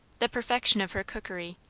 the perfection of her cookery,